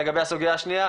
לגבי הסוגיה השנייה,